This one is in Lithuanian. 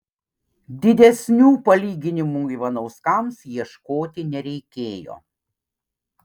didesnių palyginimų ivanauskams ieškoti nereikėjo